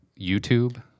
YouTube